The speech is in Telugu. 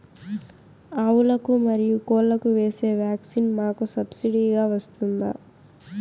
ఆవులకు, మరియు కోళ్లకు వేసే వ్యాక్సిన్ మాకు సబ్సిడి గా వస్తుందా?